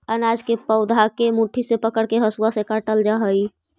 अनाज के पौधा के मुट्ठी से पकड़के हसुआ से काटल जा हई